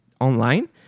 online